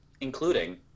including